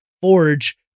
forge